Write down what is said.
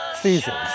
seasons